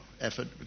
effort